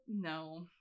no